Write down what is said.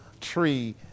tree